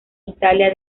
italia